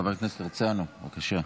חבר הכנסת הרצנו, בבקשה.